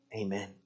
Amen